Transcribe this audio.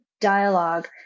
dialogue